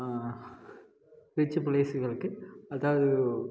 rich ப்ளேஸுகளுக்கு